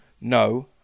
No